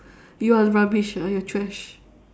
you are rubbish ah you're trash